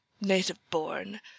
native-born